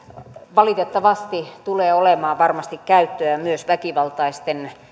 valitettavasti varmasti tulee olemaan käyttöä myös väkivaltaisten